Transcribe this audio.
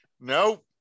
nope